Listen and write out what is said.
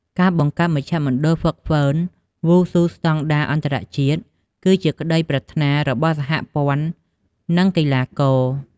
ការបង្កើតមជ្ឈមណ្ឌលហ្វឹកហ្វឺនវ៉ូស៊ូស្តង់ដារអន្តរជាតិគឺជាក្ដីប្រាថ្នារបស់សហព័ន្ធនឹងកីឡាករ។